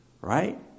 Right